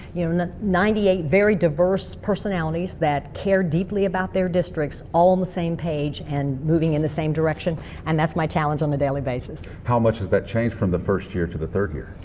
you um know, ninety eight very diverse personalities that care deeply about their districts all on the same page and moving in the same direction. and that's my challenge on the daily basis. how much has that changed from the first year to the third year?